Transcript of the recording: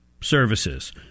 services